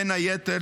בין היתר,